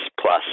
plus